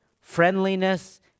friendliness